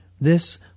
this